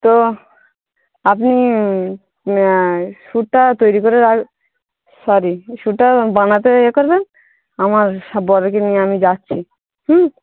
তো হ আপনি স্যুটটা তৈরি করে রাখ সরি স্যুটটা বানাতে এ করবেন আমার বরকে নিয়ে আমি যাচ্চি হুম